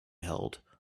held